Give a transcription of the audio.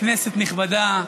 כנסת נכבדה,